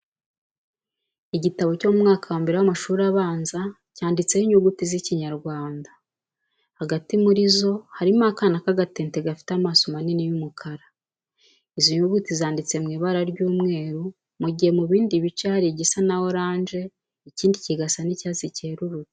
Igitabo cyo mu mwaka wa mbere w'amashuri abanza cyanditseho inyuguti z'Ikinyarwanda. Hagati muri zo harimo akana k'agatente gafite amaso manini y'umukara. Izi nyuguti zanditse mu ibara ry'umweru, mu gihe ku bindi bice hari igisa na oranje, ikindi kigasa n'icyatsi cyerurutse.